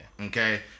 Okay